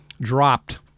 dropped